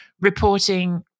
reporting